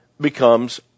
becomes